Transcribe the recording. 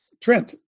Trent